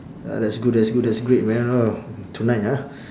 uh that's good that's good that's great man uh tonight ah